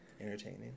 entertaining